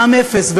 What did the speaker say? מע"מ אפס,